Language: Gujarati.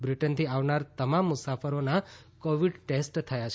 બ્રિટનથી આવનાર તમામ મુસાફરોના કોવિડ ટેસ્ટ થયા છે